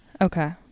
Okay